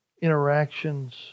interactions